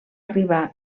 arribar